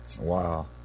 Wow